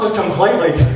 completely.